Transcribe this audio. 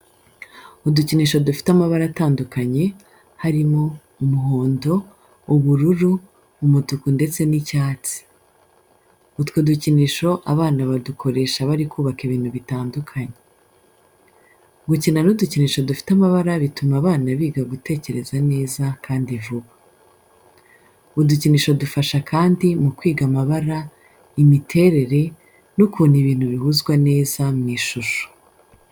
Udukinisho dufite amabara atandukanye, harimo: umuhondo, ubururu, umutuku ndetse n'icyatsi. Utwo dukinisho abana badukoresha bari kubaka ibintu bitandukanye. Gukina n'udukinisho dufite amabara bituma abana biga gutekereza neza kandi vuba. Udukinisho dufasha kandi mu kwiga amabara, imiterere, n'ukuntu ibintu bihuzwa neza mu ishusho.